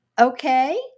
Okay